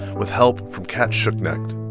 with help from cat schuknecht.